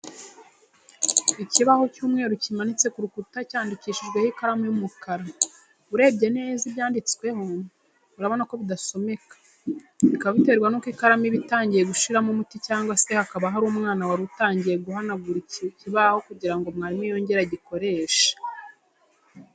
Ikibaho cy'umweru kimanitse ku rukuta cyandikishijeho ikaramu y'umukara . Urebye neza ibyanditseho ubona ko bidasomeka, bikaba biterwa nuko ikaramu iba itangiye gushiramo umuti cyangwa se hakaba hari umwana wari utangiye guhanagura iki kibaho kugira ngo mwarimu yongere agikoreshe.